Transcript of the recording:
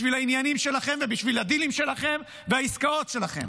בשביל העניינים שלכם ובשביל הדילים שלכם והעסקאות שלכם.